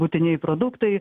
būtinieji produktai